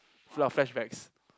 ya flashbacks